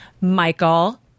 Michael